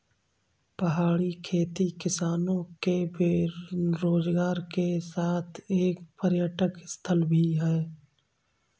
पहाड़ी खेती किसानों के रोजगार के साथ एक पर्यटक स्थल भी है